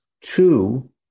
two